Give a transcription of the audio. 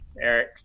eric